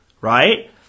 right